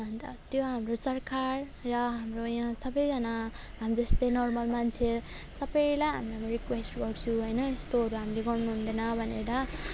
अन्त त्यो हाम्रो सरकार र हाम्रो यहाँ सबाजना हामी जस्तै नर्मल मान्छे सबैलाई हामी रिक्वेस्ट गर्छु होइन यस्तोहरू हामीले गर्नु हुँदैन भनेर